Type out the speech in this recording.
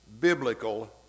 biblical